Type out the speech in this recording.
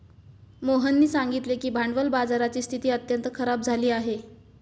मोहननी सांगितले की भांडवल बाजाराची स्थिती अत्यंत खराब झाली आहे